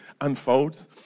unfolds